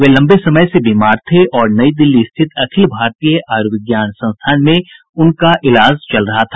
वे लम्बे समय से बीमार थे और नई दिल्ली स्थित अखिल भारतीय आयुर्विज्ञान संस्थान में उनका इलाज चल रहा था